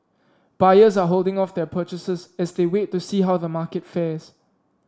buyers are holding off their purchases as they wait to see how the market fares